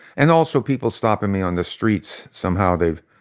and also people stopping me on the streets, somehow they've,